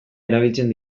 erabiltzen